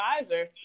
advisor